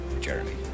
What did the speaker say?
Jeremy